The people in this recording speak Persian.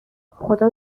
خدا